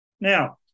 Now